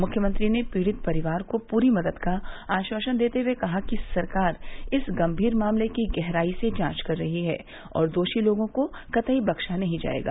मुख्यमंत्री ने पीड़ित परिवार को पूरी मदद का आश्वासन देते हए कहा कि सरकार इस गंभीर मामले की गहराई से जांच कर रही हैं और दोषी लोगों को कतई बख्शा नहीं जायेगा